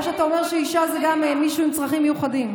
או שאתה אומר שאישה זה גם מישהו עם צרכים מיוחדים?